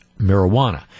marijuana